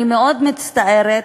אני מאוד מצטערת,